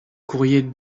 courrier